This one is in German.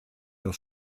das